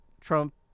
Trump